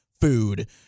food